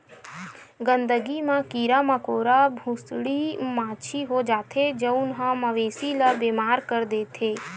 गंदगी म कीरा मकोरा, भूसड़ी, माछी हो जाथे जउन ह मवेशी ल बेमार कर देथे